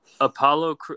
Apollo